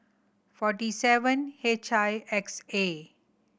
forty seven H I X A